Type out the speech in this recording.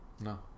No